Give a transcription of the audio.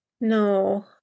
no